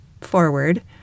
forward